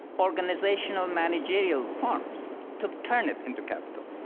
organizational, managerial forms to turn it into capital.